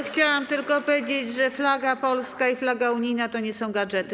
Chciałam tylko powiedzieć, że flaga polska i flaga unijna to nie są gadżety.